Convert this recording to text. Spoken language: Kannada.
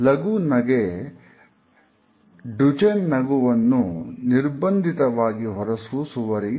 ಲಘು ನಗೆ ನಿರ್ಬಂಧಿತವಾಗಿ ಹೊರಸೂಸುವ ರೀತಿ